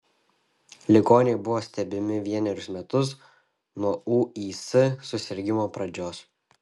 ligoniai buvo stebimi vienerius metus nuo ūis susirgimo pradžios